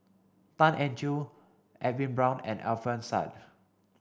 Tan Eng Joo Edwin Brown and Alfian Sa'at